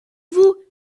vous